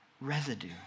residue